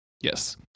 yes